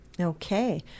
Okay